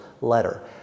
letter